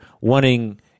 wanting